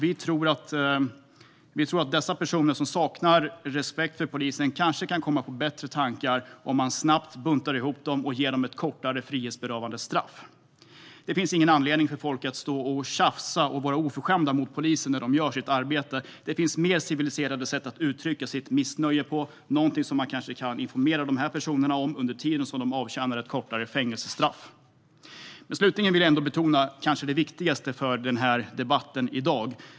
Vi tror att dessa personer, som saknar respekt för polisen, kanske kan komma på bättre tankar om man snabbt buntar ihop dem och ger dem ett kortare frihetsberövande straff. Det finns ingen anledning för folk att stå och tjafsa och vara oförskämda mot poliser som gör sitt arbete. Det finns mer civiliserade sätt att uttrycka sitt missnöje på, något som man kanske kan informera de här personerna om under tiden då de avtjänar ett kortare fängelsestraff. Slutligen vill jag ändå betona det kanske viktigaste för debatten i dag.